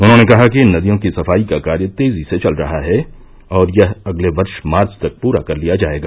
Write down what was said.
उन्होंने कहा कि इन नदियों की सफाई का कार्य तेजी से चल रहा है और यह अगले वर्ष मार्च तक पूरा कर लिया जायेगा